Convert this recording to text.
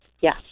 Yes